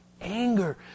anger